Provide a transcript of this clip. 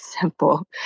simple